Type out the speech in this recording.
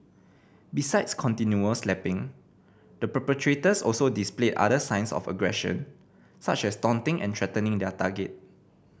besides continual slapping the perpetrators also displayed other signs of aggression such as taunting and threatening their target